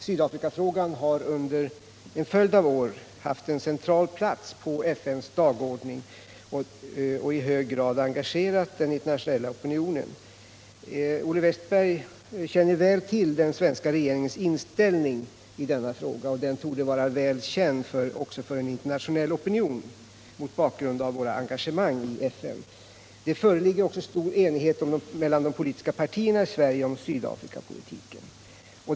Sydafrikafrågan har under en följd av år haft en central plats på FN:s dagordning och i hög grad engagerat den internationella opinionen. Olle Wästberg känner väl till den svenska regeringens inställning i denna fråga, och den torde vara väl känd även för en internationell opinion mot bakgrund av våra engagemang i FN. Det föreligger också stor enighet mellan de politiska partierna i Sverige om Sydafrikapolitiken.